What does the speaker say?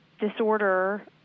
disorder